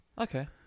Okay